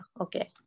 okay